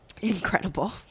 Incredible